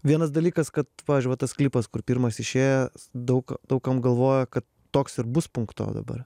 vienas dalykas kad pavyzdžiui va tas klipas kur pirmas išėjo daug daug kam galvojo kad toks ir bus punkto dabar